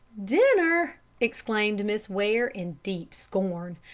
dinner exclaimed miss ware, in deep scorn,